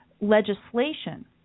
legislation